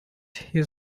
his